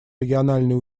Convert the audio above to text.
региональные